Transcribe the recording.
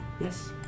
Yes